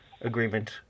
agreement